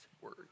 word